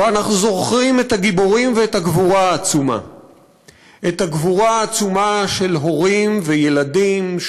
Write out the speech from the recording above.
ואנחנו זוכרים את הגיבורים ואת הגבורה העצומה של הורים וילדים,